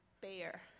bear